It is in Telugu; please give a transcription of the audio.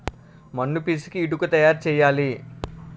మన్ను పిసికి ఇటుక తయారు చేయాలి